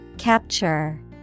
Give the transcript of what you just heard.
Capture